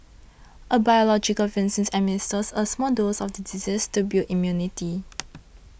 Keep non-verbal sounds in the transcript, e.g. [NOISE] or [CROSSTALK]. a biological vaccine administers a small dose of the disease to build immunity [NOISE]